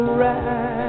right